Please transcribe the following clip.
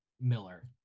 Miller